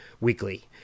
weekly